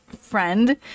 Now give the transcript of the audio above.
friend